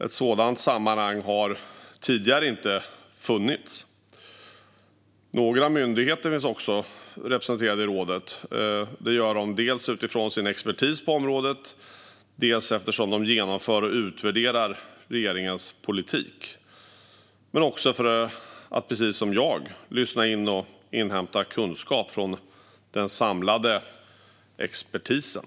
Ett sådant sammanhang har tidigare inte funnits. Några myndigheter finns också representerade i rådet. Det är de dels utifrån sin expertis på området, dels eftersom de genomför och utvärderar regeringens politik men också för att precis som jag lyssna in och inhämta kunskap från den samlade expertisen.